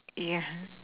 yeah